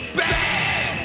bad